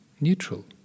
neutral